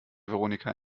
veronika